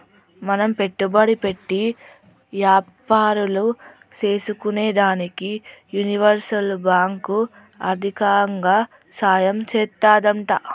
మనం పెట్టుబడి పెట్టి యాపారాలు సేసుకునేదానికి యూనివర్సల్ బాంకు ఆర్దికంగా సాయం చేత్తాదంట